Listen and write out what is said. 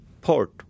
port